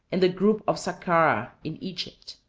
and the group of sakkarah, in egypt.